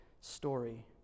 story